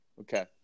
Okay